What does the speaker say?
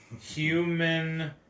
Human